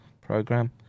Program